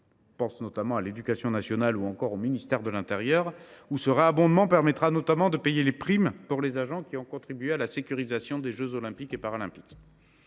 des agents de l’éducation nationale ou de ceux du ministère de l’intérieur. Ce réabondement permettra notamment de payer les primes des agents qui ont contribué à la sécurisation des jeux Olympiques et Paralympiques